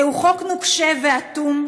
זהו חוק נוקשה ואטום,